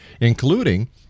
including